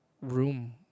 room